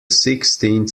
sixteenth